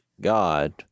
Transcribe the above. God